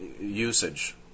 usage